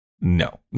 no